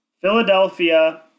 Philadelphia